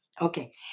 Okay